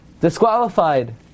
disqualified